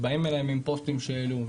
ובאים אליהם עם פוסטים שהעלו,